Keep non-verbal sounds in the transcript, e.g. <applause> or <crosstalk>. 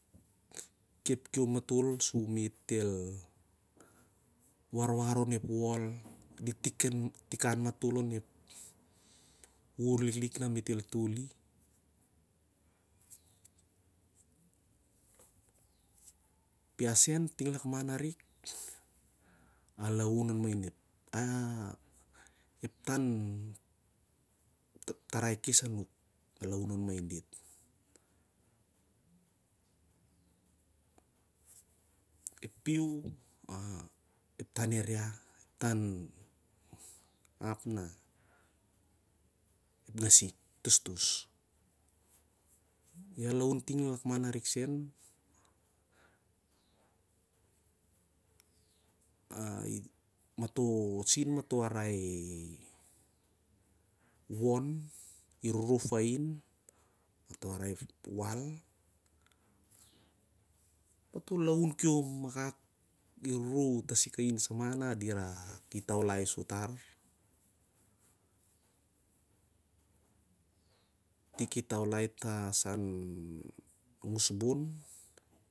<noise> Khep khiom matol sur me't el warwar onep wol, <noise> dit tikan matpol onep wur liklik na me't el toli. Ap ia sen ting lakman arik, <noise> a lau ahin ep tarai kes anuk. Ep piu, <hesitation> ep tan ap na ngasik tostos. Ia lau ting lakman arik sen. <hesitation> Mato sin mato arai won, iru kru fain mato arai wal. <noise> Mato laun kiom akak. Iru krah tasik hain sa mah na dirau ki taulai sou tar. Itik i taulai sa tah han ngusbon api